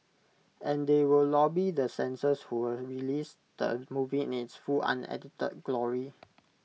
and they will lobby the censors who will release the movie in its full unedited glory